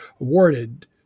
awarded